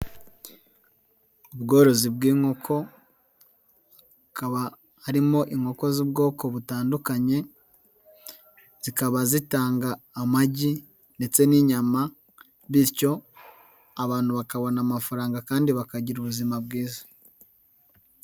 Ubworozi bw'inkoko hakaba harimo inkoko z'ubwoko butandukanye, zikaba zitanga amagi ndetse n'inyama bityo abantu bakabona amafaranga kandi bakagira ubuzima bwiza.